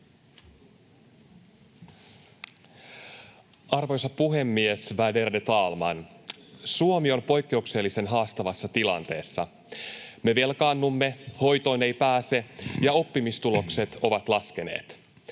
Arvoisa puhemies, värderade talman! Suomi on poikkeuksellisen haastavassa tilanteessa. Me velkaannumme, hoitoon ei pääse, ja oppimistulokset ovat laskeneet.